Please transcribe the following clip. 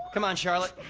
come on charlotte,